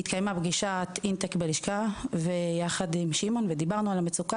התקיימה פגישת אינטייק בלשכה יחד עם ש' ודיברנו על המצוקה